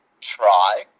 try